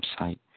website